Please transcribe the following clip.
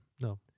No